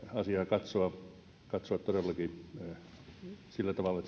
nyt asiaa katsoa todellakin sillä tavalla